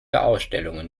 ausstellungen